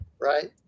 right